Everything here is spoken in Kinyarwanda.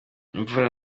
imvura